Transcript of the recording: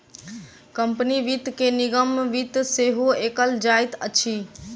company वित्त के निगम वित्त सेहो कहल जाइत अछि